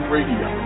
Radio